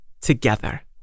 Together